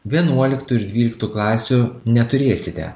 vienuoliktų ir dvyliktų klasių neturėsite